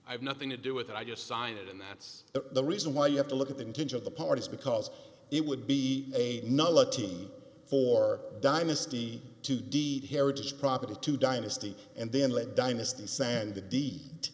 have nothing to do with it i just signed it and that's the reason why you have to look at the intent of the parties because it would be a nullity for dynasty to deed heritage property to dynasty and then let dynasty sand the d